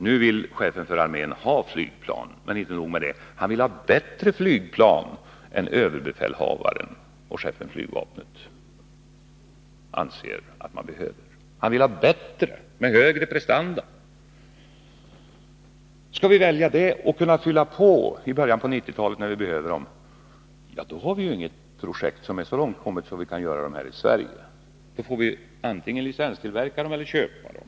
Nu vill han ha det, men inte nog med det — han vill ha bättre flygplan med högre prestanda än vad ÖB och chefen för flygvapnet anser att vi behöver ha. Går vi på den linjen och inriktar oss på att fylla på med sådana flygplan i början av 1990-talet, när vi behöver dem, ja då har vi inget projekt som kan genomföras i Sverige. Då får vi antingen licenstillverka flygplanen eller köpa dem.